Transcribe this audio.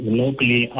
locally